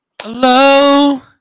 hello